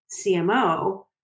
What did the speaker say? CMO